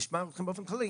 נשמע מכם באופן כללי,